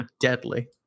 deadly